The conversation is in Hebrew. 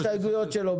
שלו,